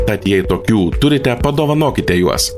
tad jei tokių turite padovanokite juos